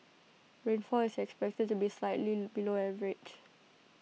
rainfall is expected to be slightly below average